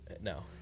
no